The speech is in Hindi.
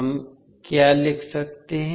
हम क्या लिख सकते हैं